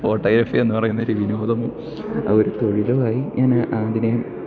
photography എന്നു പറയുന്നത് ഒരു വിനോദമോ അത് ഒരു തൊഴിലോവായി ഞാൻ അതിനെ